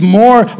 more